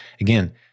again